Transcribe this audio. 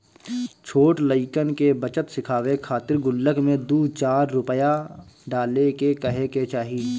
छोट लइकन के बचत सिखावे खातिर गुल्लक में दू चार रूपया डाले के कहे के चाही